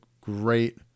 great